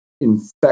infect